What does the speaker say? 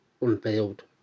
Unveiled